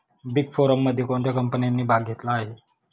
Big फोरमध्ये कोणत्या कंपन्यांनी भाग घेतला आहे?